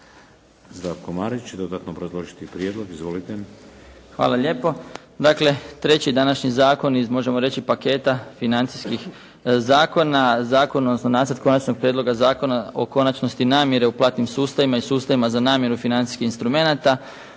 Zdravko Marić će dodatno obrazložiti prijedlog. Izvolite. **Marić, Zdravko** Hvala lijepo. Dakle, treći današnji zakon iz, možemo reći paketa financijskih zakona, Zakon, odnosno Nacrt konačnoga prijedloga Zakona o konačnosti namire u platnim sustavima i sustavima za namiru financijskih instrumenata.